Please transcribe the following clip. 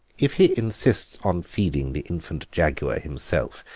if he insists on feeding the infant jaguar himself,